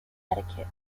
etiquette